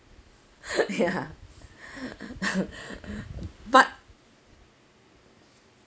ya but